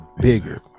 bigger